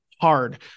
hard